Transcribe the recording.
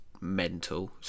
mental